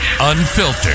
unfiltered